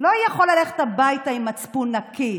לא יכול ללכת הביתה עם מצפון נקי,